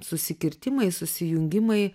susikirtimai susijungimai